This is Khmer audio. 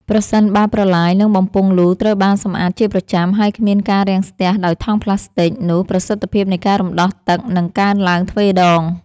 ប្រសិនបើប្រឡាយ និងបំពង់លូត្រូវបានសម្អាតជាប្រចាំ ហើយគ្មានការរាំងស្ទះដោយថង់ប្លាស្ទិក នោះប្រសិទ្ធភាពនៃការរំដោះទឹកនឹងកើនឡើងទ្វេដង។